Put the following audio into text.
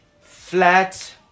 Flat